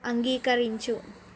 అంగీకరించు